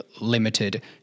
limited